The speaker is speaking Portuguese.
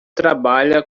trabalha